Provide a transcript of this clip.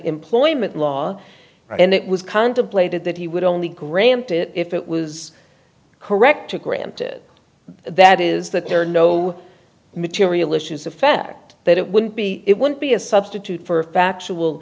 employment law and it was contemplated that he would only grant it if it was correct to granted that is that there are no material issues of fact that it would be it would be a substitute for a factual